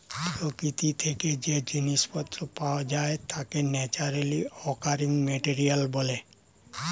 প্রকৃতি থেকে যেই জিনিস পত্র পাওয়া যায় তাকে ন্যাচারালি অকারিং মেটেরিয়াল বলে